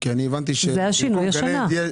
זה השינוי השנה.